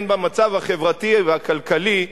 בין במצב החברתי והכלכלי,